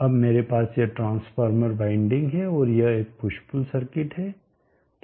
अब मेरे पास यह ट्रांसफार्मर वाइंडिंग है और यह एक पुश पुल सर्किट है